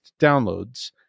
downloads